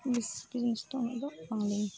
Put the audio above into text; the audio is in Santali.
ᱵᱤᱥᱤ ᱡᱤᱱᱤᱥ ᱫᱚ ᱩᱱᱟᱹᱜ ᱫᱚ ᱵᱟᱹᱱᱩᱫᱜᱼᱟ